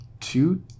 two